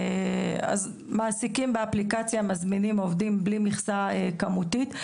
אז מעסיקים באפליקציה מזמינים עובדים בלי מכסה כמותית.